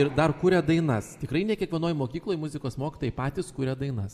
ir dar kuria dainas tikrai ne kiekvienoj mokykloj muzikos mokytojai patys kuria dainas